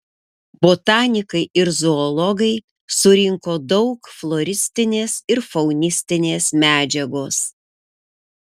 botanikai ir zoologai surinko daug floristinės ir faunistinės medžiagos